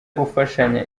gufashanya